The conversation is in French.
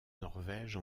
norvège